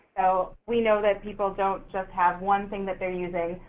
so we know that people don't just have one thing that they're using,